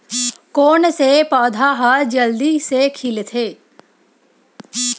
कोन से पौधा ह जल्दी से खिलथे?